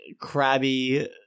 crabby